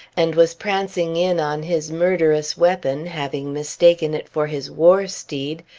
and was prancing in on his murderous weapon, having mistaken it for his war steed,